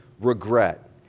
Regret